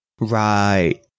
Right